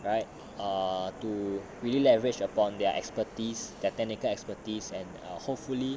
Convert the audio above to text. right err to really leverage upon their expertise that technical expertise and um hopefully